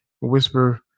Whisper